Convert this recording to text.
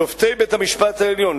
שופטי בית-המשפט העליון,